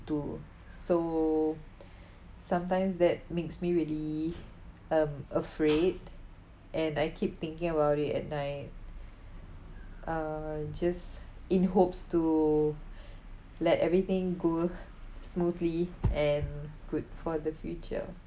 to so sometimes that makes me really um afraid and I keep thinking about it at night uh just in hopes to let everything go smoothly and good for the future